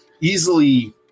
easily